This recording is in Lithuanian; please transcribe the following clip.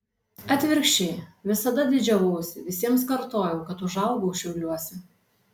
atvirkščiai visada didžiavausi visiems kartojau kad užaugau šiauliuose